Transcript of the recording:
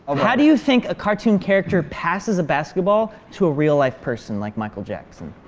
um how do you think a cartoon character passes a basketball to a real-life person? like michael jackson.